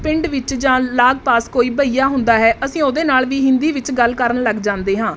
ਪਿੰਡ ਵਿੱਚ ਜਾਂ ਲਾਗ ਪਾਸ ਕੋਈ ਭਈਆ ਹੁੰਦਾ ਹੈ ਅਸੀਂ ਉਹਦੇ ਨਾਲ਼ ਵੀ ਹਿੰਦੀ ਵਿੱਚ ਗੱਲ ਕਰਨ ਲੱਗ ਜਾਂਦੇ ਹਾਂ